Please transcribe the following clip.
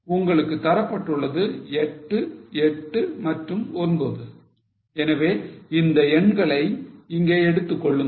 உங்களுக்கு தரப்பட்டுள்ளது 8 8 மற்றும் 9 எனவே இந்த எண்களை இங்கே எடுத்துக் கொள்ளுங்கள்